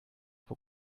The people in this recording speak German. pro